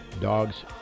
dogs